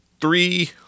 three